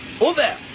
Over